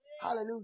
Hallelujah